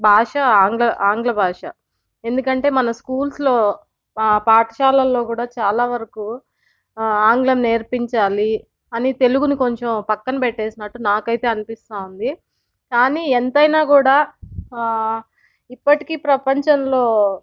భాష ఆంగ్ల ఆంగ్ల భాష ఎందుకంటే మన స్కూల్స్లో పాటశాలల్లో కూడా చాలా వరకు ఆంగ్లం నేర్పించాలి అని తెలుగుని కొంచెం పక్కన పెట్టేసినట్టు నాకైతే అనిపిస్తా ఉంది కానీ ఎంతైనా కూడా ఇప్పటికీ ప్రపంచంలో